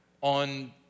on